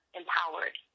empowered